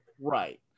Right